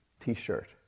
T-shirt